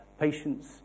patients